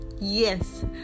Yes